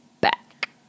back